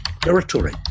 territory